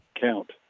count